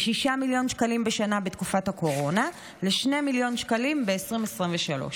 מ-6 מיליון שקלים בשנה בתקופת הקורונה ל-2 מיליון שקלים ב-2023.